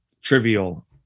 trivial